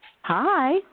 Hi